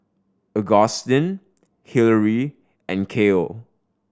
Augustin Hillery and Cael